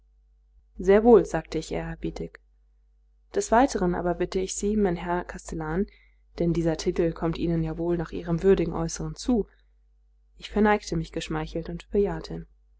sehr wohl sagte ich ehrerbietig des weiteren aber bitte ich sie mein herr kastellan denn dieser titel kommt ihnen ja wohl nach ihrem würdigen äußeren zu ich verneigte mich geschmeichelt und bejahte